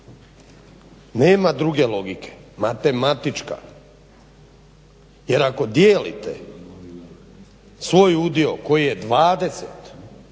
nema druge logike, matematička. Jer ako dijelite svoj udio koji je 20